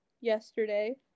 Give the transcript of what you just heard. yesterday